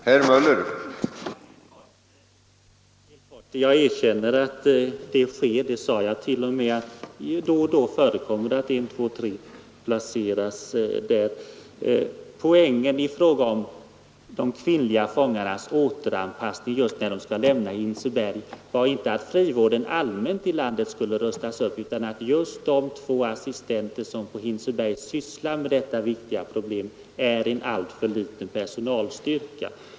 Herr talman! Jag erkänner att sådan placering — dock i mycket ringa omfattning — på Båtshagen sker; det sade jag t.o.m. Det förekommer att en, två eller tre kvinnor placeras där. Poängen i det jag anförde om de kvinnliga fångarnas återanpassning när de skall lämna Hinseberg var inte att frivården allmänt i landet skulle rustas upp utan att man har en alltför liten personalstyrka — två assistenter — som sysslar med detta viktiga problem på Hinseberg.